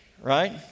right